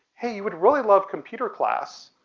hey you would really love computer class.